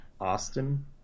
austin